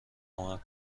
کمک